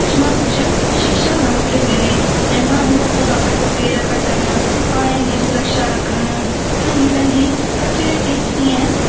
कुझु न कुझु शिक्षा माण्हुनि खे मिले ऐं माण्हूं घटि खां घटि पेड़ कटनि पाणी जी सुरक्षा रखनि ऐं पंहिंजी कचिरे खे जीअं